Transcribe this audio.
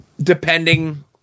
depending